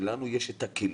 שלנו יש את הכלים,